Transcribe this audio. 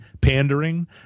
pandering